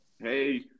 Hey